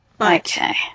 Okay